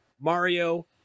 Mario